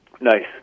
Nice